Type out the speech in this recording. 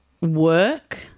work